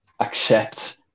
accept